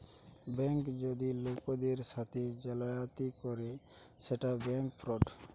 bank যদি লোকের সাথে জালিয়াতি করে সেটা ব্যাঙ্ক ফ্রড